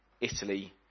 Italy